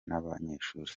n’abanyeshuri